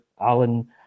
Alan